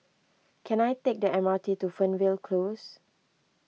can I take the M R T to Fernvale Close